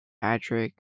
Patrick